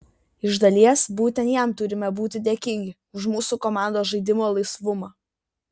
iš dalies būtent jam turime būti dėkingi už mūsų komandos žaidimo laisvumą